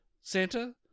Santa